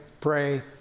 pray